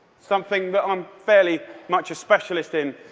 something that i'm fairly much a specialist in.